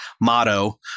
motto